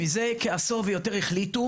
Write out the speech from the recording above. מזה כעשור ויותר החליטו,